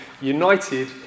united